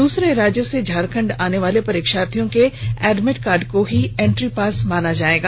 दूसरे राज्यों से झारखंड आने वाले परीक्षार्थियों के एडमिट कार्ड को ही इंट्री पास माना जायेगा